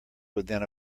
within